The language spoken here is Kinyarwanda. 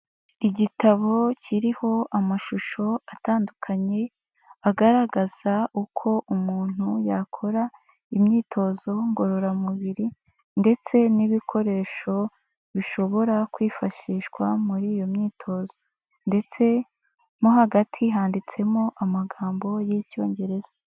Igitabo kiriho amashusho atandukanye, agaragaza uko umuntu yakora imyitozo ngororamubiri ndetse n'ibikoresho bishobora kwifashishwa muri iyo myitozo ndetse mo hagati handitsemo amagambo y'lcyongereza.